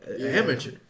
amateur